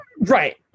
Right